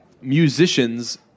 musicians